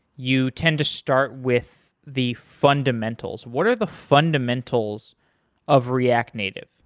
you tend to start with the fundamentals. what are the fundamentals of react native?